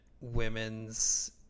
women's